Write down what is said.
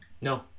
no